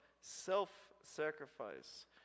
self-sacrifice